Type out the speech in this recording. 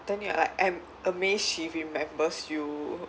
then you're like am~ amazed she remembers you